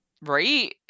Right